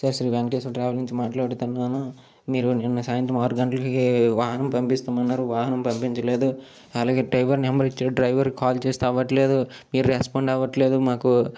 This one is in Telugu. సార్ శ్రీ వెంకటేశ్వర ట్రావెల్ నుంచి మాట్లాడుతున్నాను మీరు నిన్న సాయంత్రం ఆరు గంటలకి వాహనం పంపిస్తాం అన్నారు వాహనం పంపించలేదు అలాగే డ్రైవర్ నంబరు ఇచ్చారు డ్రైవరుకి కాలు చేస్తే అవట్లేదు మీరు రెస్పాండు అవట్లేదు మాకు